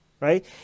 right